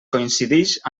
coincidix